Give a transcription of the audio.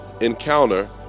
encounter